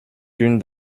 d’une